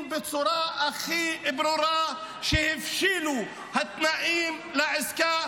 בצורה הכי ברורה שהבשילו התנאים לעסקה,